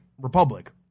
republic